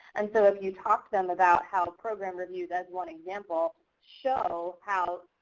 and so if you talk to them about how program reviews as one example show how,